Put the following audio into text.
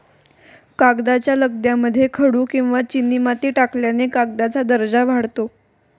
कागदाच्या लगद्यामध्ये खडू किंवा चिनीमाती टाकल्याने कागदाचा दर्जा वाढतो